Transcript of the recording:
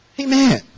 amen